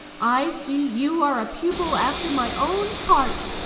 i see you are a pupil after my own heart.